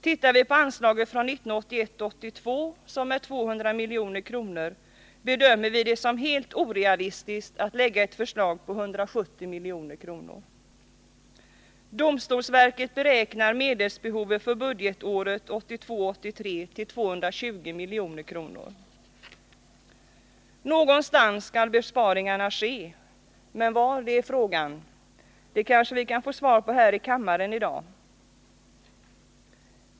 Tittar vi på anslaget från 1981 83 till 220 milj.kr. Någonstans skall besparingarna ske, men var det är frågan. Det kan vi kanske få svar på här i kammaren i dag.